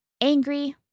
angry